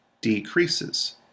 decreases